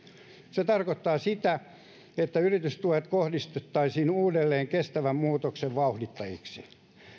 se tarkoittaa sitä että yritystuet kohdistettaisiin uudelleen kestävän muutoksen vauhdittajiksi